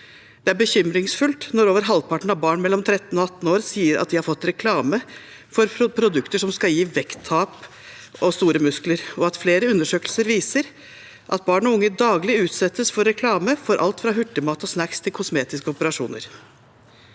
Det er bekymringsfullt når over halvparten av barn mellom 13 og 18 år sier at de har fått reklame for produkter som skal gi vekttap eller store muskler, og at flere undersøkelser viser at barn og unge daglig utsettes for reklame for alt fra hurtigmat og snacks til kosmetiske operasjoner.